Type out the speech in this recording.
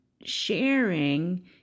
sharing